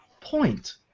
point